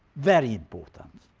very important.